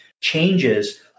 changes